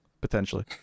potentially